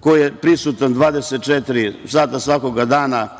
koji je prisutan 24 sata svakog dana